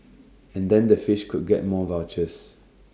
and then the fish could get more vouchers